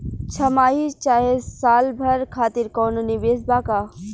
छमाही चाहे साल भर खातिर कौनों निवेश बा का?